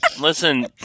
Listen